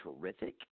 terrific